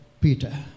Peter